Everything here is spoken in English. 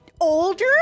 Older